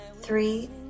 three